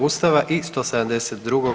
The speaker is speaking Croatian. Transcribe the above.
Ustava i 172.